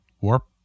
warp